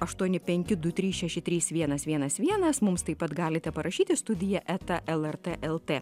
aštuoni penki du trys šeši trys vienas vienas vienas mums taip pat galite parašyti į studiją eta lrt lt